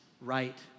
right